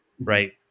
Right